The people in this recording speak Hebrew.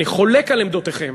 אני חולק על עמדותיכם,